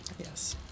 Yes